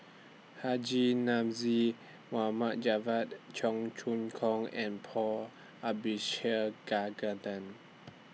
Haji Namazie Mohd Javad Cheong Choong Kong and Paul Abishegagaden